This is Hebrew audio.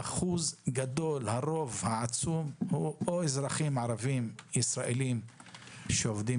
הרוב העצום זה או אזרחים ערבים ישראלים שעובדים